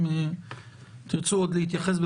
אם תרצו עוד להתייחס,